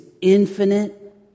infinite